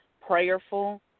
prayerful